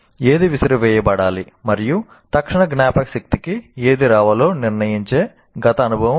ఏది విసిరివేయబడాలి మరియు తక్షణ జ్ఞాపకశక్తికి ఏది రావాలో నిర్ణయించే గత అనుభవం ఇది